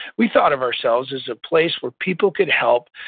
we thought of ourselves as a place where people could help